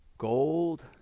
gold